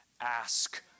ask